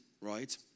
right